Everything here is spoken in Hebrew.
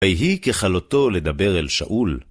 ויהי ככלותו לדבר אל שאול